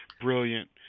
Brilliant